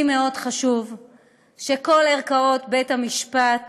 חשוב לי מאוד שכל ערכאות בית-המשפט